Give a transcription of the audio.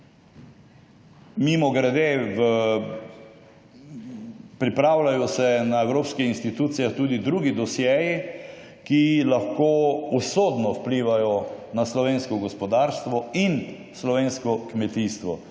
Mimogrede pripravljajo se na evropskih institucijah tudi drugi dosjeji, ki lahko usodno vplivajo na slovensko gospodarstvo in slovensko kmetijstvo.